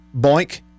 Boink